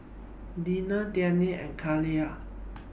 Deneen Dayna and Kayley